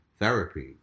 therapy